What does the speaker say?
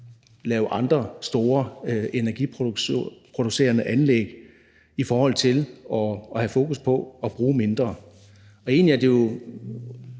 eller andre store energiproducerende anlæg i forhold til at have fokus på at bruge mindre. Det er egentlig sådan